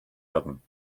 werden